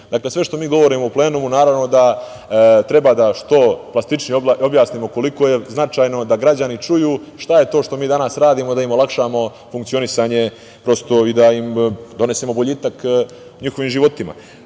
Srbije. Dakle, sve što mi govorimo u plenumu naravno da treba da što plastičnije objasnimo koliko je značajno da građani čuju šta je to što mi danas radimo da im olakšamo funkcionisanje kroz to i da donesemo boljitak njihovim životima. Kada